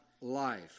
life